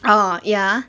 oh ya